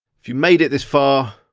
if you made it this far,